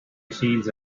machines